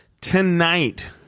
Tonight